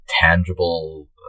tangible